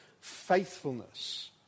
faithfulness